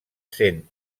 sent